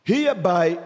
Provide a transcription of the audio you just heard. Hereby